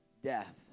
death